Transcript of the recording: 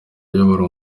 ayobora